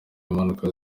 impanuka